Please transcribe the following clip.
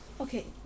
okay